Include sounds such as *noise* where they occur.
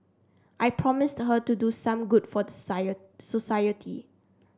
I promised her to do some good for *unintelligible* society